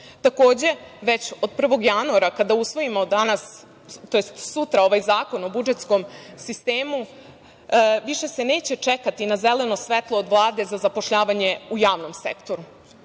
5%.Takođe, već od 1. januara, kada usvojimo danas, tj. sutra ovaj zakon o budžetskom sistemu, više se neće čekati na zeleno svetlo od Vlade za zapošljavanje u javnom sektoru. Dakle,